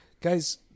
Guys